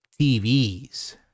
TVs